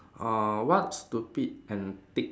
uh what stupid antics